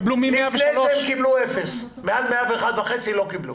לפני זה הם קיבלו אפס, מעל 101.5% לא קיבלו.